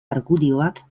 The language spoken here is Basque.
argudioak